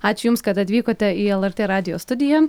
ačiū jums kad atvykote į lrt radijo studiją